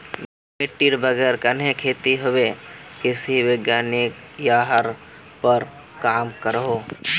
मिटटीर बगैर कन्हे खेती होबे कृषि वैज्ञानिक यहिरार पोर काम करोह